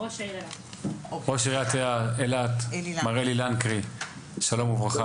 ראש עיריית אילת מר אלי לנקרי, שלום וברכה.